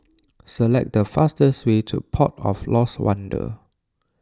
select the fastest way to Port of Lost Wonder